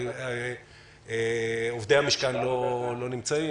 עובדי המשכן לא נמצאים,